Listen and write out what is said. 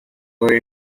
were